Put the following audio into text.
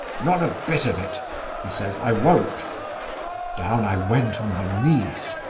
not a bit of it he says. i won't down i went on my knees.